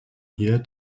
hier